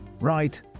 Right